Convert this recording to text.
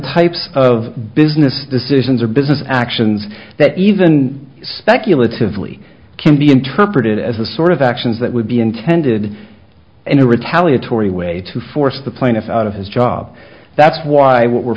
types of business decisions or business actions that even speculative lea can be interpreted as the sort of actions that would be intended in a retaliatory way to force the plaintiff out of his job that's why w